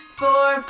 four